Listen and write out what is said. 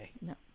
No